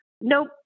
Nope